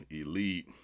Elite